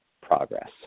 progress